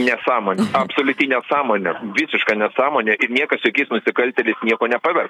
nesąmonė absoliuti nesąmonė visiška nesąmonė ir niekas jokiais nusikaltėliais nieko nepavers